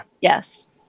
Yes